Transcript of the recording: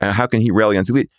how can he really and do it?